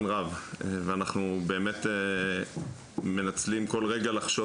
רב ואנחנו באמת מנצלים כל רגע לחשוב,